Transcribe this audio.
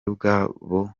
bwabo